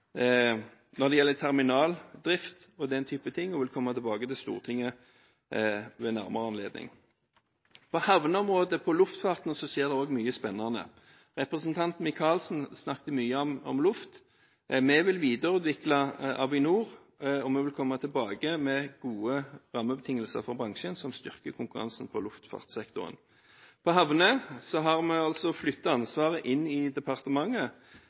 når det gjelder Jernbaneverket og NSB – terminaldrift og den type ting – og vi vil komme tilbake til Stortinget ved nærmere anledning. På havneområdet og på luftfartsområdet skjer det også mye spennende. Representanten Michaelsen snakket mye om luft. Vi vil videreutvikle Avinor, og vi vil komme tilbake med gode rammebetingelser for bransjen som styrker konkurransen for luftfartssektoren. Når det gjelder havner, har vi altså flyttet ansvaret inn i departementet.